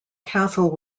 castle